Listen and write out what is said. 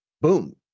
boom